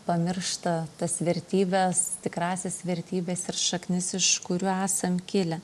pamiršta tas vertybes tikrąsias vertybes ir šaknis iš kurių esam kilę